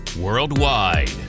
worldwide